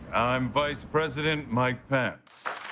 i'm vice president mike pence.